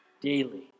Daily